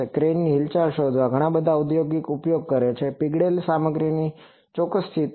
તો ક્રેન હિલચાલ શોધવા માટે ઘણા બધા ઔદ્યોગિક ઉપયોગ પણ કરે છે પીગળેલી સામગ્રીની ચોક્કસ સ્થિતિ